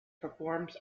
performs